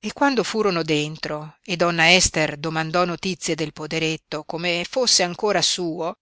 e quando furono dentro e donna ester domandò notizie del poderetto come fosse ancora suo